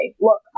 look